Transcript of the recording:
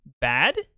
bad